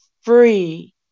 free